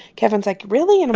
kevin's like, really? and